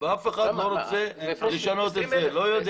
אף אחד לא רוצה לשנות את זה.